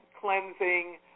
cleansing